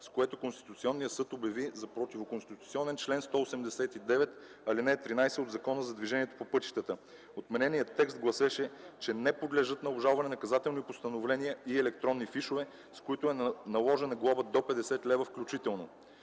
с което Конституционният съд обяви за противоконституционен чл. 189, ал. 13 от Закона за движението по пътищата. Отмененият текст гласеше, че „не подлежат на обжалване наказателни постановления и електронни фишове, с които е наложена глоба до 50 лева включително.”